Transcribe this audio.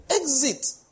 exit